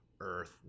Earth